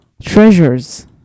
treasures